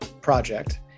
project